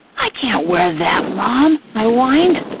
i can't wear that, mom, i whined.